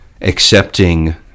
accepting